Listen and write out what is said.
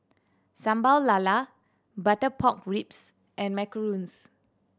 Sambal Lala butter pork ribs and macarons